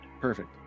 Perfect